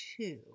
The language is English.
two